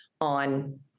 on